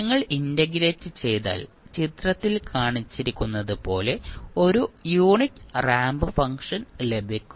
നിങ്ങൾ ഇന്റഗ്രേറ്റ് ചെയ്യുമ്പോൾ ചിത്രത്തിൽ കാണിച്ചിരിക്കുന്നതുപോലെ ഒരു യൂണിറ്റ് റാമ്പ് ഫംഗ്ഷൻ ലഭിക്കും